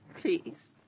Please